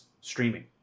streaming